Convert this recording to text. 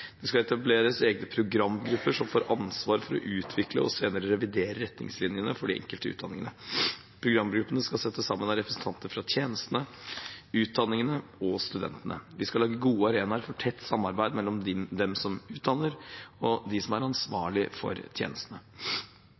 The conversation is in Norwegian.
Det skal etableres egne programgrupper som får ansvar for å utvikle og senere revidere retningslinjene for de enkelte utdanningene. Programgruppene skal settes sammen av representanter fra tjenestene, utdanningene og studentene. Vi skal lage gode arenaer for tett samarbeid mellom dem som utdanner, og dem som er ansvarlige for tjenestene.